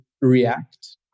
react